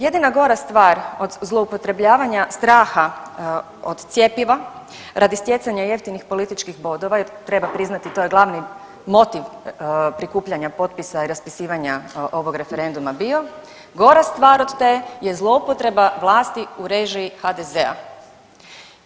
Jedina gora stvar od zloupotrebljavanja straha od cjepiva radi stjecanja jeftinih političkih bodova jer treba priznati to je glavni motiv prikupljanja potpisa i raspisivanja ovog referenduma bio, gora stvar od te je zloupotreba vlasti u režiji HDZ-a.